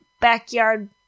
backyard